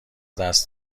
دست